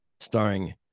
Starring